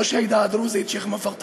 ראש העדה הדרוזית שיח' מואפק טריף,